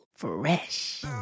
Fresh